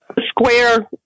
Square